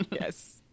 Yes